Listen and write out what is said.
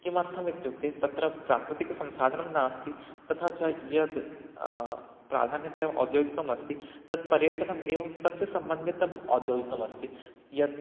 किमर्थम् इत्युक्ते तत्र प्राकृतिकसंसाधनं नास्ति तथा च यद् प्रधानतया औद्योगिकमस्ति तत् पर्यटनम् एवं तस्य सम्बन्धितम् औद्योगिकमस्ति यत्